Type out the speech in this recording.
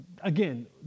again